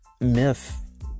myth